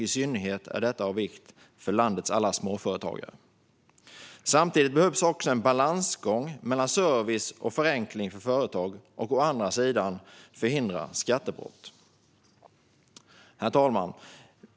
I synnerhet är detta av vikt för landets alla småföretagare. Samtidigt behövs också en balansgång mellan å ena sidan service och förenkling för företag och å andra sidan att skattebrott förhindras. Herr talman!